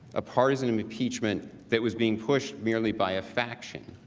a partisan impeachment that was being pushed merely by a faction.